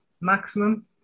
maximum